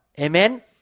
Amen